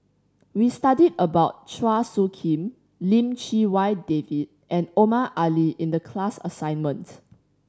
we studied about Chua Soo Khim Lim Chee Wai David and Omar Ali in the class assignments